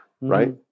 right